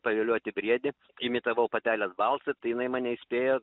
pavilioti briedį imitavau patelės balsą tai jinai mane įspėjo